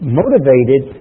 motivated